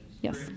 Yes